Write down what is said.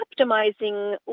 optimizing